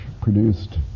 produced